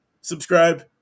Subscribe